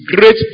great